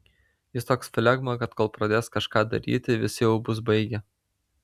jis toks flegma kad kol pradės kažką daryti visi jau bus baigę